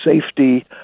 safety